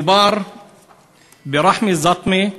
מדובר ברחמי זטמה,